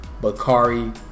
Bakari